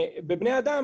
בבני אדם,